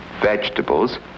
vegetables